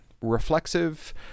reflexive